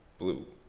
blue.